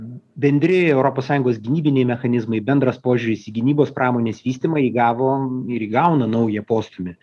bendri europos sąjungos gynybiniai mechanizmai bendras požiūris į gynybos pramonės vystymą įgavo ir įgauna naują postūmį